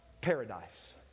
paradise